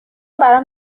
برام